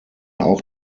auch